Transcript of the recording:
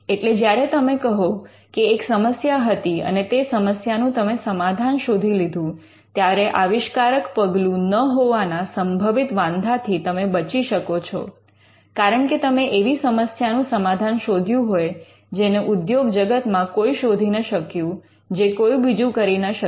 એટલે જ્યારે તમે કહો કે એક સમસ્યા હતી અને તે સમસ્યાનું તમે સમાધાન શોધી લીધું ત્યારે આવિષ્કારક પગલું ન હોવાના સંભવિત વાંધાથી તમે બચી શકો છો કારણકે તમે એવી સમસ્યાનું સમાધાન શોધ્યું હોય જેને ઉદ્યોગ જગતમાં કોઈ શોધી ન શક્યું જે કોઈ બીજું કરી ન શક્યું